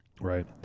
right